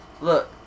look